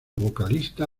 vocalista